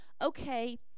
okay